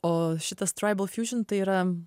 o šitas traibal fjužion tai yra